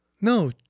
No